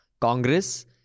Congress